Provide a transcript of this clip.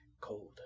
Cold